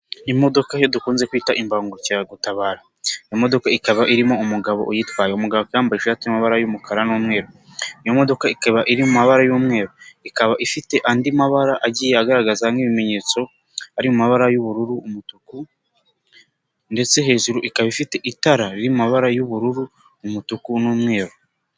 Imodoka iyo dukunze kwita imbangukiragutabara, imodoka ikaba irimo umugabo uyitwaye, umugabo yambaye ishati y'amabara y'umukara n'umweru. Iyo modoka ikaba iri mu mabara y'umweru ikaba ifite andi mabara agiye agaragaza nk'ibimenyetso ari mu mabara y'ubururu, umutuku ndetse hejuru ikaba ifite itara ry'amabara y'ubururu, umutuku n'umweru.